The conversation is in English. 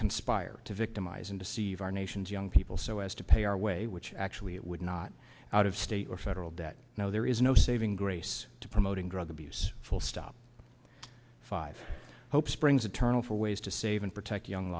conspire to victimize and deceive our nation's young people so as to pay our way which actually it would not out of state or federal debt now there is no saving grace to promoting drug abuse full stop five hope springs eternal for ways to save and protect young